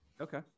Okay